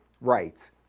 rights